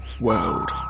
World